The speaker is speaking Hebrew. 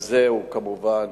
מזה הוא כמובן